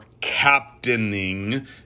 captaining